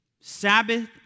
Sabbath